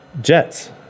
Jets